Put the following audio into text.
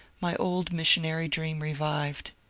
my old missionary dream revived.